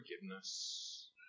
forgiveness